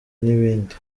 n’ibindi